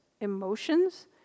emotions